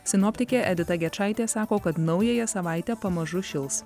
sinoptikė edita gečaitė sako kad naująją savaitę pamažu šils